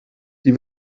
die